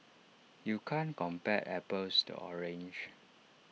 you can't compare apples to oranges